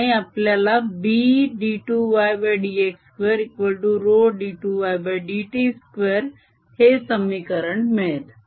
आणि आपल्याला B2yx2ρ2yt2 हे समीकरण मिळेल